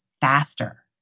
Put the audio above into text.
faster